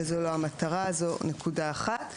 וזה לא המטרה, זו נקודה אחת.